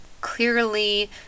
clearly